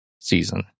season